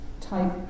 type